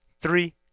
Three